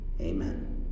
Amen